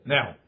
Now